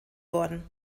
worden